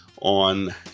on